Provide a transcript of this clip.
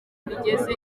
bigeze